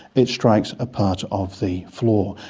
it strikes a part of the floor.